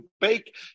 bake